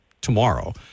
tomorrow